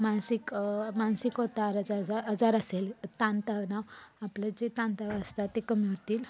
मानसिक मानसिक आजार असेल ताणतणाव आपलं जे ताणतणाव असतात ते कमी होतील